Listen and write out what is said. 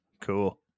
Cool